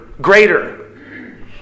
greater